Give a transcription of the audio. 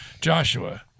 Joshua